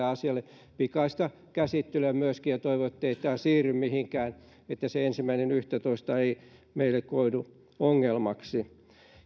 asialle pikaista käsittelyä myöskin ja toivon ettei tämä siirry mihinkään että se ensimmäinen yhdettätoista ei meille koidu ongelmaksi